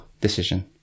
decision